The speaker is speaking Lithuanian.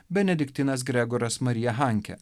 benediktinas grigoras marija hankė